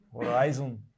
horizon